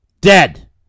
Dead